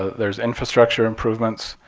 there's infrastructure improvements,